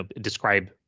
describe